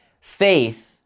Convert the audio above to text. Faith